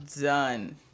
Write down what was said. done